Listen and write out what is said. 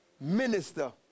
minister